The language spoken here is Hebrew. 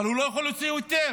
אבל הוא לא יכול להוציא היתר.